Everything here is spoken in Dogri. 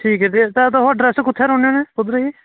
ठीक ऐ ते एड्रेस कुत्थें रौह्ने होने कुत्थें